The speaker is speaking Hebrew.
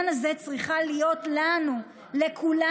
זה בדיוק מה שאני אומר כל הזמן: